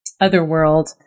otherworld